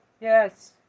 Yes